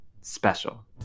special